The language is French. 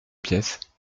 pièce